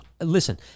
listen